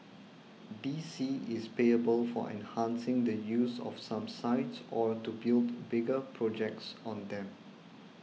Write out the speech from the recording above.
D C is payable for enhancing the use of some sites or to build bigger projects on them